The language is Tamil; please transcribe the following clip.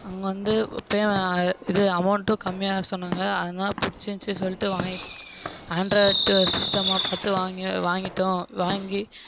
அங்கே வந்து இது அமௌண்ட்டும் கம்மியாக சொன்னாங்க அதனால் பிடிச்சிருந்துச்சி சொல்லிட்டு வாங்கிகிட்டு ஆன்ராய்டு சிஸ்டமாக பார்த்து வாங்கி வாங்கிட்டோம் வாங்கி